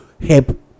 help